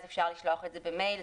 אפשר לשלוח לו את זה במייל,